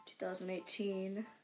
2018